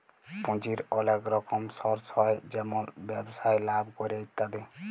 পুঁজির ওলেক রকম সর্স হ্যয় যেমল ব্যবসায় লাভ ক্যরে ইত্যাদি